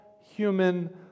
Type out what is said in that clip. human